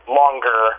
longer